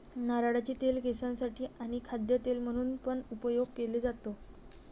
नारळाचे तेल केसांसाठी आणी खाद्य तेल म्हणून पण उपयोग केले जातो